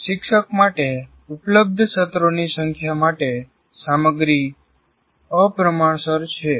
શિક્ષક માટે ઉપલબ્ધ સત્રોની સંખ્યા માટે સામગ્રી અપ્રમાણસર છે